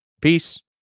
Peace